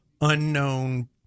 unknown